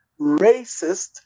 racist